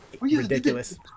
ridiculous